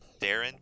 Darren